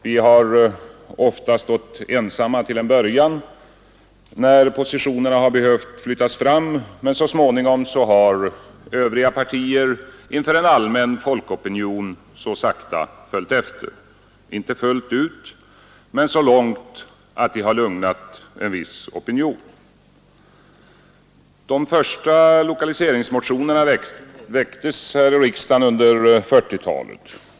Vi har ofta stått ensamma till en början när positionerna behövt flyttas fram, men så småningom har övriga partier inför en allmän folkopinion så sakteliga följt efter. Inte fullt ut — men så långt att det lugnat en viss opinion. De första lokaliseringsmotionerna väcktes i riksdagen under 1940-talet.